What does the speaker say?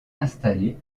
installés